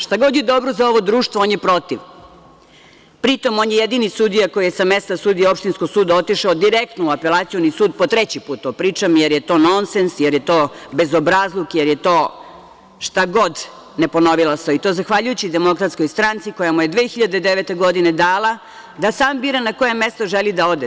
Šta god je dobro za ovo društvo, on je protiv, pri tom, on je jedini sudija koji je sa mesta opštinskog sudije otišao direktno u Apelacioni sud, po treći put to pričam, jer je to nonsens, jer je to bezobrazluk, šta god, ne ponovilo se, i to zahvaljujući DS, koja mu je 2009. godine dala da sam bira na koje mesto želi da ode.